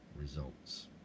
results